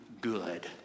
good